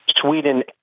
Sweden